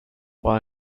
bei